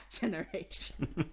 Generation